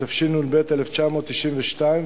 התשנ"ב 1992,